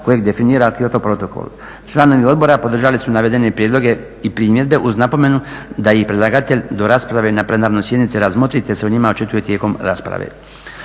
kojeg definira Kyoto protokol. Članovi odbora podržali su navedene prijedloge i primjedbe uz napomenu da i predlagatelj do rasprave na plenarnoj sjednici razmotri te se o njima očituje tijekom rasprave.